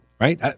Right